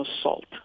assault